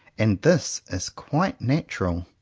and this is quite natural.